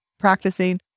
practicing